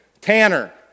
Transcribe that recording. tanner